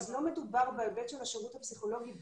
אז לא מדובר בהיבט של השירות הפסיכולוגי בנוהל.